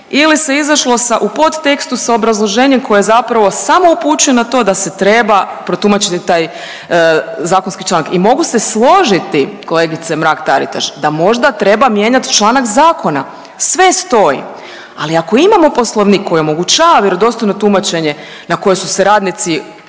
ili se izašlo sa u podtekstu sa obrazloženjem koje zapravo samo upućuje na to da se treba protumačiti taj zakonski članak. I mogu se složiti kolegice Mrak Taritaš da možda treba mijenjati članak zakona. Sve stoji. Ali ako imamo Poslovnik koji omogućava vjerodostojno tumačenje na koje su se radnici